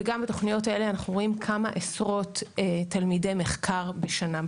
וגם בתוכניות האלה אנחנו רואים כמה עשרות תלמידי מחקר בשנה,